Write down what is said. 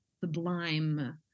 sublime